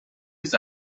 his